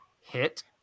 hit